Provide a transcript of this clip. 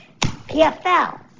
PFL